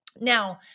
Now